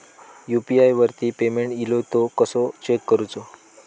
UPI वरती payment इलो तो कसो चेक करुचो?